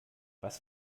was